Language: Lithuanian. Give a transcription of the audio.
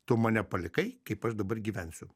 tu mane palikai kaip aš dabar gyvensiu